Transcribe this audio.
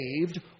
saved